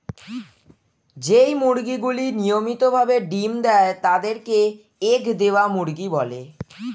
যেই মুরগিগুলি নিয়মিত ভাবে ডিম্ দেয় তাদের কে এগ দেওয়া মুরগি বলে